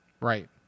Right